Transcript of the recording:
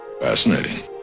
Fascinating